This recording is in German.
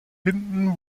hinten